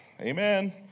Amen